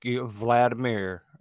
Vladimir